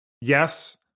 Yes